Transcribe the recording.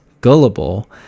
Gullible